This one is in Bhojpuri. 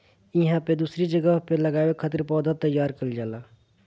इहां पे दूसरी जगह पे लगावे खातिर पौधा तईयार कईल जाला